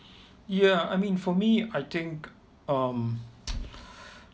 ya I mean for me I think um